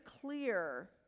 clear